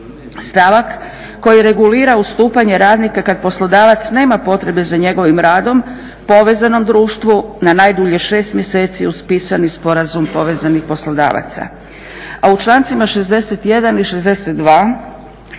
stavak koji regulira ustupanje radnika kad poslodavac nema potrebe za njegovim radom, povezanom društvu na najdulje 6 mjeseci uz pisani sporazum povezanih poslodavaca. A u člancima 61. i 62.